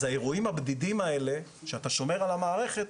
אז האירועים הבדידים האלה, שאתה שומר על המערכת,